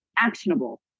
actionable